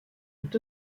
est